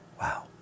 Wow